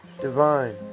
divine